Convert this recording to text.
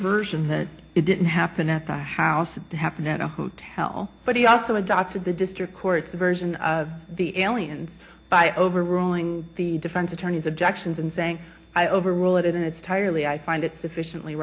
version that it didn't happen at the house it happened at a hotel but he also adopted the district court's version of the aliens by overruling the defense attorneys objections and saying i overrule it in its tiredly i find it sufficiently